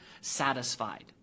satisfied